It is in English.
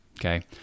Okay